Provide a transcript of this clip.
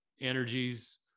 energies